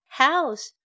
house